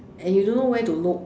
and you do not know where to look